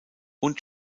und